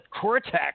cortex